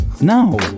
No